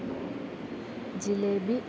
jalebi